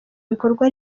ibikorwa